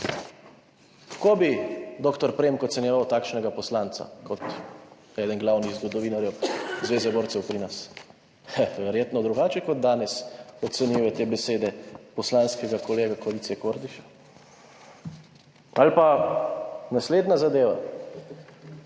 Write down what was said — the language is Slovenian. Kako bi dr. Premk ocenjeval takšnega poslanca kot eden glavnih zgodovinarjev Zveze borcev pri nas? Verjetno drugače kot danes ocenjuje te besede poslanskega kolega koalicije, Kordiša. Ali pa naslednja zadeva,